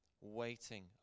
waiting